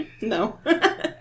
No